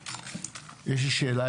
יש לי שאלה